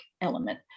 element